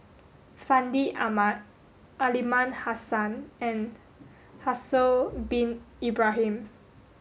Fandi Ahmad Aliman Hassan and Haslir bin Ibrahim